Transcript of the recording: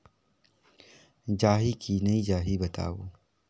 जाही की नइ जाही बताव?